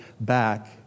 back